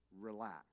relax